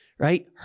Right